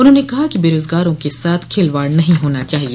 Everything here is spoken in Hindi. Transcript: उन्होंने कहा कि बेरोजगारों के साथ खिलवाड़ नहीं होना चाहिए